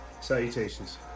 Salutations